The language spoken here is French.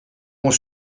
ont